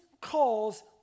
calls